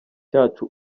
cyacu